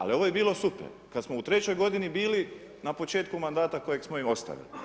Ali ovo je bilo super, kad smo u trećoj godini bili na početku mandata kojeg smo i ostavili.